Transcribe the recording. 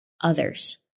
others